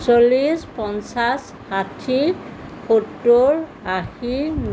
চল্লিছ পঞ্চাছ ষাঠি সত্তৰ আশী ন